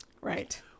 Right